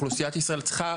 אוכלוסיית ישראל צריכה,